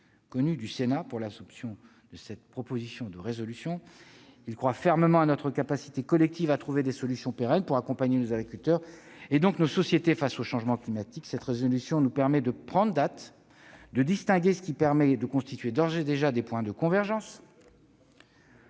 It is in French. connue du Sénat pour l'adoption de cette proposition de résolution. Il croit fermement à notre capacité collective à trouver des solutions pérennes pour accompagner les agriculteurs, donc notre société, face au changement climatique. Cette proposition de résolution nous permet de prendre date, de distinguer ce qui constitue d'ores et déjà les points de convergence-